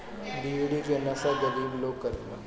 बीड़ी के नशा गरीब लोग करेला